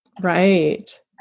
Right